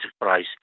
price